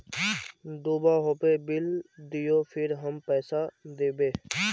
दूबा होबे बिल दियो फिर हम पैसा देबे?